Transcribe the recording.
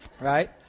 Right